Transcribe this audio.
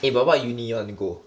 eh but what uni you want to go